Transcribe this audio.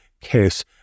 case